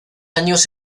años